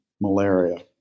malaria